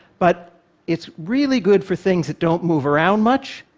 but it's really good for things that don't move around much,